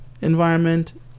environment